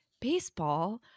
baseball